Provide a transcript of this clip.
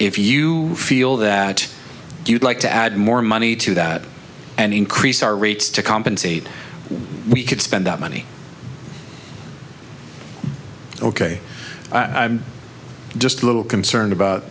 if you feel that you'd like to add more money to that and increase our rates to compensate we could spend that money ok i'm just a little concerned about